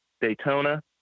Daytona